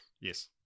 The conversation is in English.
Yes